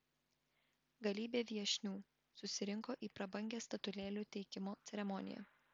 galybė viešnių susirinko į prabangią statulėlių teikimo ceremoniją